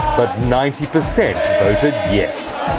but ninety percent voted yes.